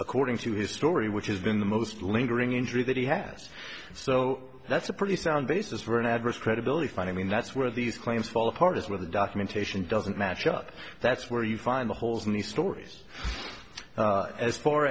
according to his story which has been the most lingering injury that he has so that's a pretty sound basis for an adverse credibility finding mean that's where these claims fall apart is where the documentation doesn't match up that's where you find the holes in the stories as far